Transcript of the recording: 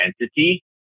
entity